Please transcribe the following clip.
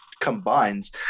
combines